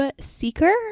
seeker